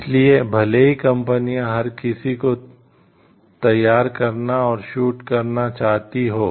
इसलिए भले ही कंपनियां हर किसी को तैयार करना और शूट करना चाहती हों